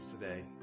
today